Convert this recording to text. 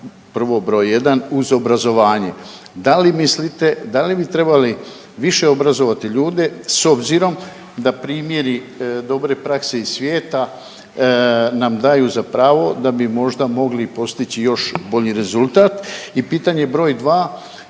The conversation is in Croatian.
prvo, br. 1 uz obrazovanje, da li mislite, da li bi trebali više obrazovati ljude s obzirom da primjeri dobre prakse iz svijeta nam daju za pravo da bi možda mogli postići još bolji rezultat i pitanje br.